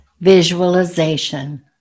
Visualization